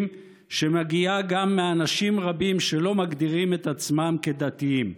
שמגיעה גם מאנשים רבים שלא מגדירים את עצמם כדתיים.